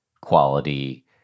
quality